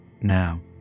Now